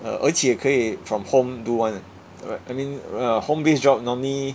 uh 而且可以 from home do [one] right I mean a home based job normally